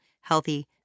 healthy